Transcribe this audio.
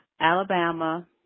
Alabama